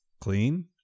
Clean